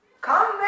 Come